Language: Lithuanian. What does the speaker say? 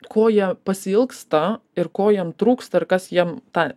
ko jie pasiilgsta ir ko jiem trūksta ir kas jiem tą